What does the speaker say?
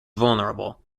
vulnerable